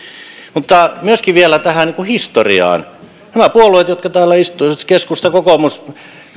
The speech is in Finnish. mutta myöskin vielä tähän historiaan nämä puolueet jotka täällä istuvat keskusta kokoomus